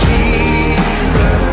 Jesus